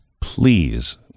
please